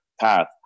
path